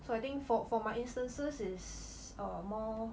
so I think for for my instances is uh more